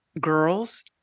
girls